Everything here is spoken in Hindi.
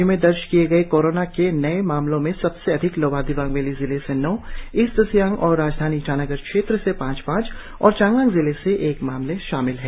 राज्य में दर्ज किए गए कोरोना के नए मामलों में सबसे अधिक लोअर दिबांग वैली जिले से नौ ईस्ट सियांग और राजधानी ईटानगर क्षेत्र से पांच पांच और चांगलांग जिले से एक मामले शामिल है